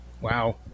Wow